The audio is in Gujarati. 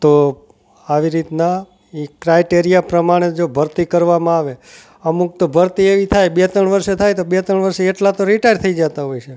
તો આવી રીતના એ ક્રાઇટએરિયા પ્રમાણે જો ભરતી કરવામાં આવે અમુક તો ભરતી એવી થાય બે ત્રણ વર્ષે થાય તો બે ત્રણ વર્ષે એટલા તો રિટાયર થઈ જાતા હોય છે